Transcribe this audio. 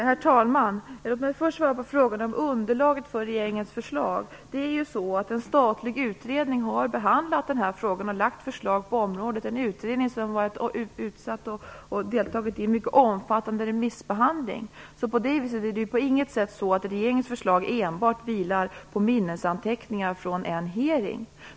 Herr talman! Låt mig först svara på frågan om underlaget för regeringens förslag. En statlig utredning har behandlat den här frågan och lagt fram förslag på området. Det är en utredning som har varit utsatt för en mycket omfattande remissbehandling. På det viset är det inte alls så att regeringens förslag vilar enbart på minnesanteckningar från en hearing.